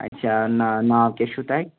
اَچھا نا ناو کیٛاہ چھُو تۄہہِ